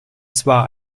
zwar